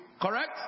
Correct